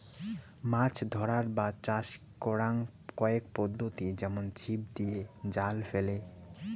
মাছ ধরার বা চাষ করাং কয়েক পদ্ধতি যেমন ছিপ দিয়ে, জাল ফেলে